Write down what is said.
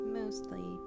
mostly